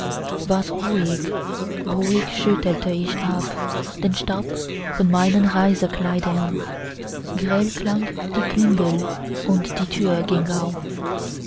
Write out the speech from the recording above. war's ruhig ruhig schüttelte ich ab den staub von meinen reisekleidern grell klang die klingel und die tür ging auf